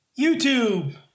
YouTube